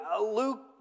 Luke